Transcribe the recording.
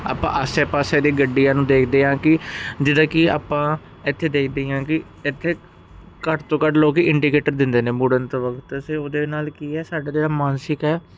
ਆਪਾਂ ਆਸੇ ਪਾਸੇ ਦੇ ਗੱਡੀਆਂ ਨੂੰ ਦੇਖਦੇ ਹਾਂ ਕਿ ਜਿਹੜਾ ਕਿ ਆਪਾਂ ਇੱਥੇ ਦੇਖਦੇ ਹਾਂ ਕਿ ਇਥੇ ਘੱਟ ਤੋਂ ਘੱਟ ਲੋਕ ਇੰਡੀਕੇਟਰ ਦਿੰਦੇ ਨੇ ਮੁੜਨ ਤੋਂ ਵਕਤ ਅਸੀਂ ਉਹਦੇ ਨਾਲ ਕੀ ਹੈ ਸਾਡਾ ਜਿਹੜਾ ਮਾਨਸਿਕ ਹੈ